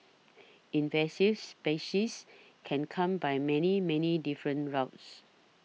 invasive species can come by many many different routes